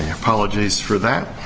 apologies for that.